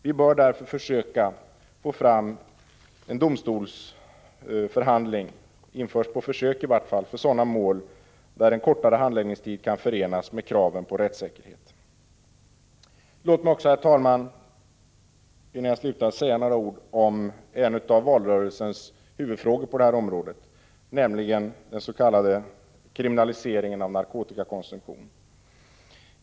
Vi bör därför försöka att åtminstone på försök få fram en domstolsförhandling för sådana mål där en kortare handläggningstid kan förenas med kraven på rättssäkerhet. Låt mig också, herr talman, innan jag slutar, säga några ord om en av valrörelsens huvudfrågor på det här området, nämligen dens.k. kriminaliseringen av narkotikakonsumtion.